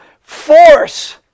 force